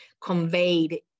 conveyed